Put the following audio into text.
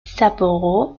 sapporo